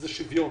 זה שוויון.